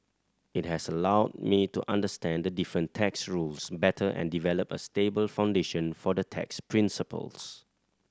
it has allowed me to understand the different tax rules better and develop a stable foundation for the tax principles